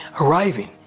arriving